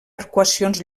arcuacions